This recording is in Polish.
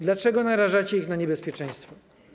Dlaczego narażacie ich na niebezpieczeństwo?